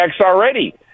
already